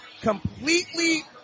completely